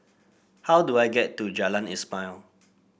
how do I get to Jalan Ismail